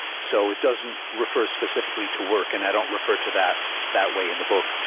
so it doesn't refer specifically to work and i don't refer to that that way in the book.